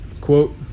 Quote